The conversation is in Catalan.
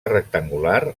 rectangular